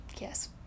Yes